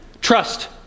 trust